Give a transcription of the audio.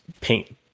paint